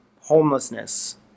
homelessness